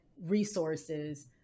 resources